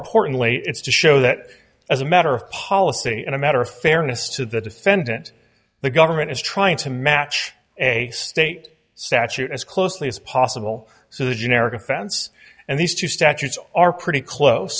importantly it's to show that as a matter of policy and a matter of fairness to the defendant the government is trying to match a state statute as closely as possible so the generic offense and these two statutes are pretty close